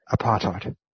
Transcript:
Apartheid